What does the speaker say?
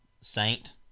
saint